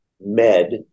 Med